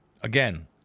again